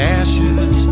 ashes